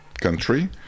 country